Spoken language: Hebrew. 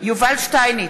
יובל שטייניץ,